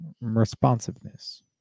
Responsiveness